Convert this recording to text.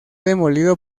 demolido